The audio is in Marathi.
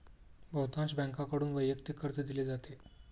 बहुतांश बँकांकडून वैयक्तिक कर्ज दिले जाते